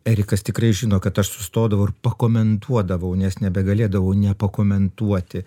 erikas tikrai žino kad aš sustodavau ir pakomentuodavo nes nebegalėdavau nepakomentuoti